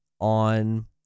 on